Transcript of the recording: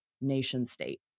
nation-state